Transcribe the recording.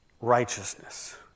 Righteousness